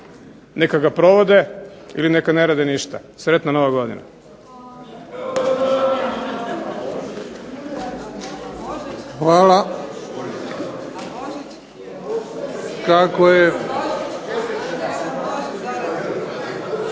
neka ga provode ili neka ne rade ništa. Sretna Nova godina. **Bebić, Luka